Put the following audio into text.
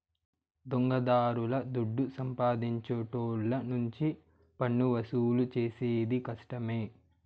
దొంగదారుల దుడ్డు సంపాదించేటోళ్ళ నుంచి పన్నువసూలు చేసేది కష్టమే